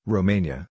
Romania